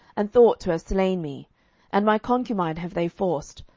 and thought to have slain me and my concubine have they forced,